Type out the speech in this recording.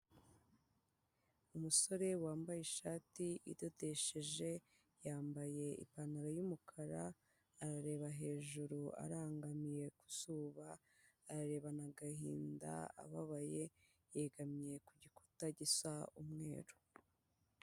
Umusore wambaye ishati idodesheje, yambaye ipantaro y'umukara, arareba hejuru arangamiye ku zuba, ararebana agahinda ababaye, yegamiye ku gikuta gisa umweru.